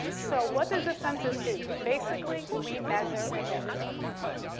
so what does the census do? basically we measure america.